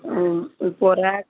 ம் இப்போது ஒரு வே